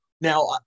Now